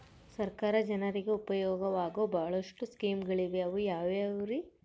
ಸರ್ಕಾರ ಜನರಿಗೆ ಉಪಯೋಗವಾಗೋ ಬಹಳಷ್ಟು ಸ್ಕೇಮುಗಳಿವೆ ಅವು ಯಾವ್ಯಾವ್ರಿ?